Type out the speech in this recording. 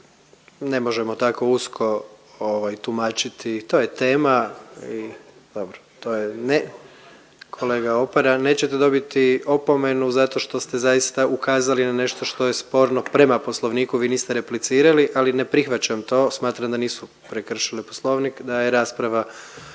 se ne razumije./…dobro, to je ne, kolega Opara nećete dobiti opomenu zato što ste zaista ukazali na nešto što je sporno prema Poslovniku, vi niste replicirali, ali ne prihvaćam to, smatram da nisu prekršile Poslovnik, da je rasprava